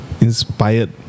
Inspired